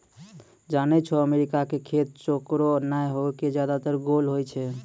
जानै छौ अमेरिका के खेत चौकोर नाय होय कॅ ज्यादातर गोल होय छै